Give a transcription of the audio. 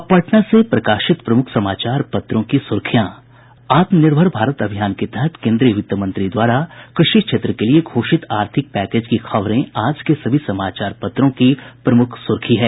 अब पटना से प्रकाशित प्रमुख समाचार पत्रों की सुर्खियां आत्मनिर्भर भारत अभियान के तहत केन्द्रीय वित्त मंत्री द्वारा कृषि क्षेत्र के लिये घोषित आर्थिक पैकेज की खबरें आज के सभी समाचार पत्रों की प्रमुख सुर्खी है